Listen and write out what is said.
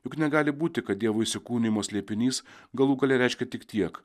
juk negali būti kad dievo įsikūnijimo slėpinys galų gale reiškia tik tiek